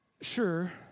Sure